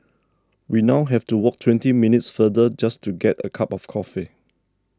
we now have to walk twenty minutes farther just to get a cup of coffee